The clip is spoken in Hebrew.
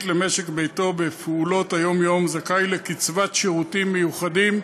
ולמשק-ביתו בפעולות היום-יום זכאי לקצבת שירותים מיוחדים,